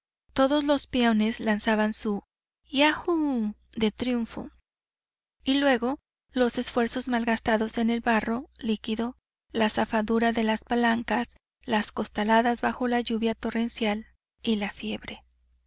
todos los peones lanzaban su a ijú de triunfo y luego los esfuerzos malgastados en el barro líquido la zafadura de las palancas las costaladas bajo la lluvia torrencial y la fiebre